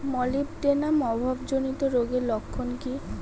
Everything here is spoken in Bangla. মলিবডেনাম অভাবজনিত রোগের লক্ষণ কি কি?